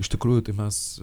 iš tikrųjų tai mes